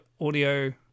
audio